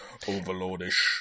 overlordish